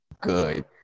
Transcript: Good